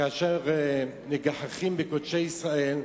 כאשר מגחכים על קודשי ישראל,